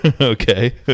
Okay